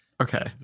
Okay